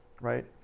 right